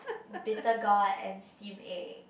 bitter gourd and steam egg